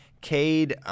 Cade –